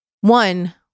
One